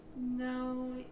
No